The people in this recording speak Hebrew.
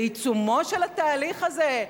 בעיצומו של התהליך הזה,